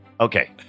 Okay